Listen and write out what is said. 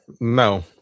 No